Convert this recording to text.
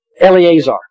Eleazar